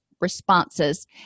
responses